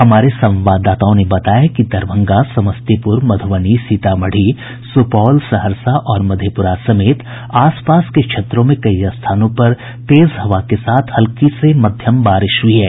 हमारे संवाददाताओं ने बताया है कि दरभंगा समस्तीपुर मधुबनी सीतामढ़ी सुपौल सहरसा और मधेपुरा समेत आसपास के क्षेत्रों में कई स्थानों पर तेज हवा के साथ हल्की से मध्यम बारिश हुई है